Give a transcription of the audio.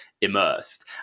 immersed